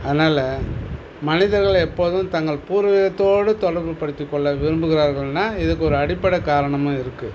அதனால் மனிதர்கள் எப்போதும் தங்கள் பூர்வீகத்தோடு தொடர்புப்படுத்திக்கொள்ள விரும்புகிறார்கள்னா இதுக்கு ஒரு அடிப்படை காரணமும் இருக்குது